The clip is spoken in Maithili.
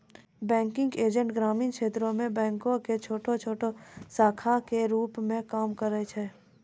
बैंकिंग एजेंट ग्रामीण क्षेत्रो मे बैंको के छोटो शाखा के रुप मे काम करै छै